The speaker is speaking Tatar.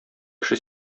кеше